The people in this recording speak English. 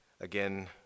again